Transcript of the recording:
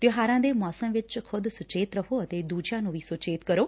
ਤਿਉਹਾਰਾਂ ਦੇ ਮੌਸਮ ਵਿਚ ਖੁਦ ਸੁਚੇਤ ਰਹੋ ਅਤੇ ਦੂਜਿਆਂ ਨੂੰ ਵੀ ਸੁਚੇਤ ਕਰੋ